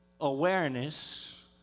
awareness